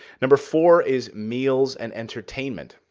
number four is meals and entertainment.